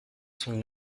son